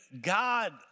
God